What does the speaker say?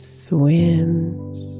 swims